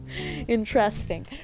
Interesting